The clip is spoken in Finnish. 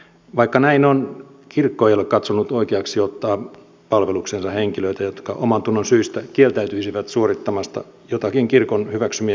vaikka näin on kirkko ei ole katsonut oikeaksi ottaa palvelukseensa henkilöitä jotka omantunnonsyistä kieltäytyisivät suorittamasta joitakin kirkon hyväksymiä virkatehtäviä